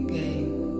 game